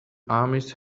armies